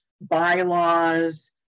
bylaws